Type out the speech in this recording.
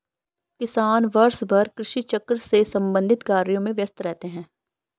किसान वर्षभर कृषि चक्र से संबंधित कार्यों में व्यस्त रहते हैं